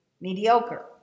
mediocre